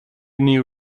new